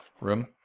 room